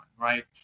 right